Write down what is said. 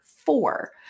Four